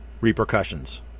repercussions